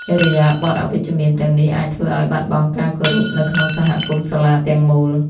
ឥរិយាបថអវិជ្ជមានទាំងនេះអាចធ្វើឲ្យ បាត់បង់ការគោរព នៅក្នុងសហគមន៍សាលាទាំងមូល។